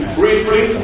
briefly